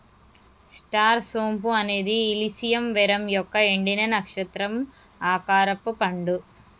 star సోంపు అనేది ఇలిసియం వెరమ్ యొక్క ఎండిన, నక్షత్రం ఆకారపు పండు